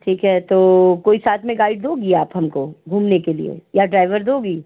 ठीक है तो कोई साथ में गाड़ी दोगी आप हमको घूमने के लिए या ड्राइवर दोगी